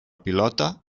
pilota